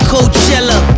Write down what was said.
Coachella